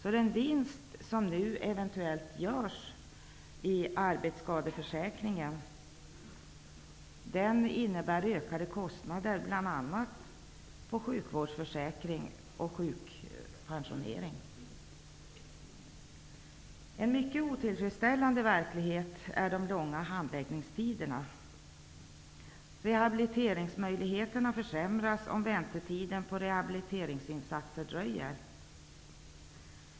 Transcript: Den vinst som nu eventuellt görs i arbetsskadeförsäkringen innebär ökade kostnader för bl.a. sjukvårdsförsäkringen och sjukpensioneringen. De långa handläggningstiderna utgör en mycket otillfredsställande verklighet. Möjligheterna till rehabilitering kommer att försämras om väntetiden för rehabiliteringsinsatser blir lång.